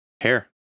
Hair